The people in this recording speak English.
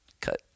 cut